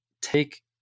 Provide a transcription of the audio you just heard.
take